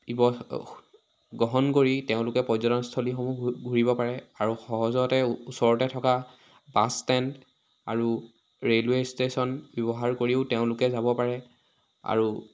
গ্ৰহণ কৰি তেওঁলোকে পৰ্যটন স্থলীসমূহ গূ ঘূৰিব পাৰে আৰু সহজতে ওচৰতে থকা বাছ ষ্টেণ্ড আৰু ৰেলৱে ষ্টেশ্যন ব্যৱহাৰ কৰিও তেওঁলোকে যাব পাৰে আৰু